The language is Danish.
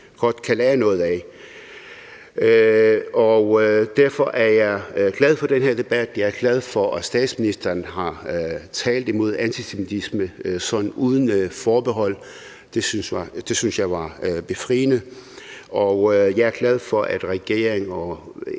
jeg er glad for, at statsministeren har talt imod antisemitisme sådan uden forbehold. Det synes jeg var befriende.